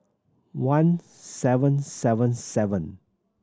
one seven seven seven